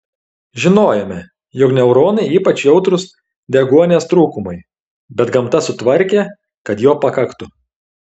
žinojome jog neuronai ypač jautrūs deguonies trūkumui bet gamta sutvarkė kad jo pakaktų